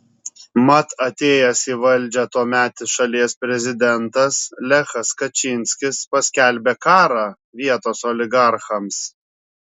mat atėjęs į valdžią tuometis šalies prezidentas lechas kačynskis paskelbė karą vietos oligarchams